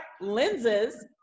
lenses